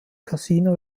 casino